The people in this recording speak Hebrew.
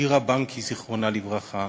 שירה בנקי, זיכרונה לברכה,